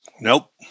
Nope